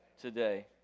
today